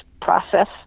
process